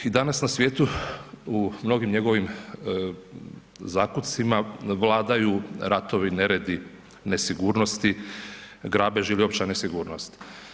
I danas na svijetu u mnogim njegovim zakucima vladaju ratovi, neredi, nesigurnosti, grabež ili opća nesigurnost.